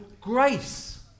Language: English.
grace